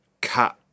cat